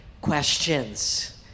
questions